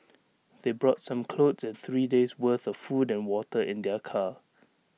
they brought some clothes and three days' worth of food and water in their car